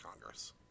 Congress